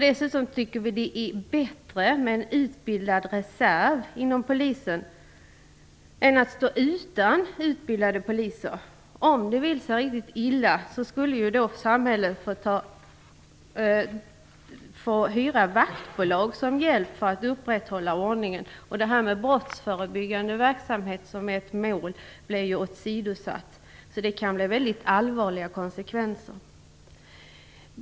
Dessutom tycker vi att det är bättre med en utbildad reserv inom polisen än vad det är att stå utan utbildade poliser. Om det vill sig riktigt illa måste samhället annars hyra in vaktbolag som hjälp för att upprätthålla ordningen. Då blir ju målet om den brottsförebyggande verksamheten åsidosatt. Det kan ge väldigt allvarliga konsekvenser.